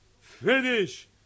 Finish